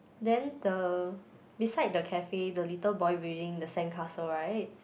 then the beside the cafe the little boy building the sandcastle right